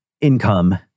income